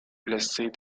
blessés